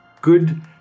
Good